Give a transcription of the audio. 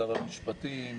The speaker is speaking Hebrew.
השר לביטחון הפנים,